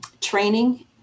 training